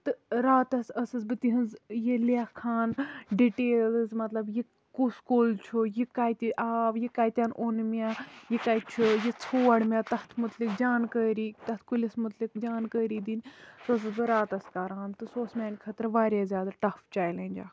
تہٕ راتَس ٲسٕس بہٕ تِہِنز یہِ لٮ۪کھان ڈِٹیلٕز مطلب کُس کُل چھُ یہِ کَتہِ آو یہِ کَتہِ چھُ یہِ ژوڈ مےٚ تَتھ مُتعلِق جانکٲری تَتھ کُلِس مُتعلِق جانکٲری دِنۍ سُہ ٲسٕس بہٕ راتَس کران تہٕ سُہ اوس میانہِ خٲطرٕ واریاہ زیادٕ ٹَف چیلینج اکھ